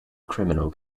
criminal